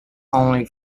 only